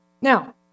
now